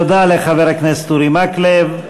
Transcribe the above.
תודה לחבר הכנסת אורי מקלב.